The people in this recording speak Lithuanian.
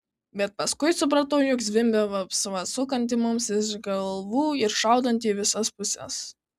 bet paskui supratau jog zvimbia vapsva sukanti mums virš galvų ir šaudanti į visas puses